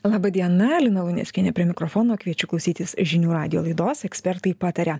laba diena lina luneckienė prie mikrofono kviečiu klausytis žinių radijo laidos ekspertai pataria